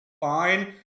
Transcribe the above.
fine